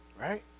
Right